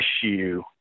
issue